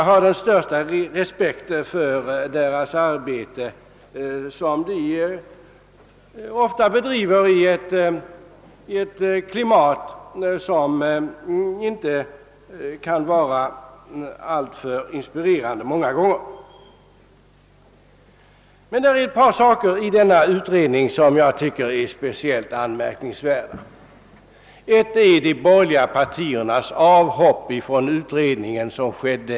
Jag har den största respekt för deras arbete, som de ofta får bedriva i ett många gånger inte särskilt inspirerande klimat. Några händelser i utredningens arbete tycker jag är speciellt anmärkningsvärda. Den första är de borgerliga partiernas avhopp från utredningen i januari.